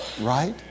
Right